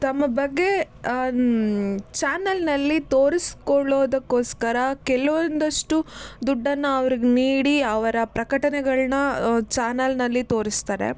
ತಮ್ಮ ಬಗ್ಗೆ ಚಾನೆಲ್ನಲ್ಲಿ ತೋರಿಸಿಕೊಳ್ಳೋದಕ್ಕೋಸ್ಕರ ಕೆಲವೊಂದಷ್ಟು ದುಡ್ಡನ್ನು ಅವ್ರ್ಗೆ ನೀಡಿ ಅವರ ಪ್ರಕಟಣೆಗಳ್ನ ಚಾನೆಲ್ನಲ್ಲಿ ತೋರಿಸ್ತಾರೆ